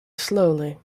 slowly